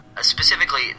Specifically